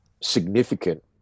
significant